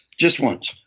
just once.